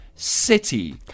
city